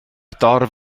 dorf